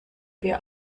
wir